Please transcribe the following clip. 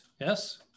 Yes